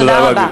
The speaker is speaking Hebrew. תודה רבה.